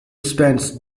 spends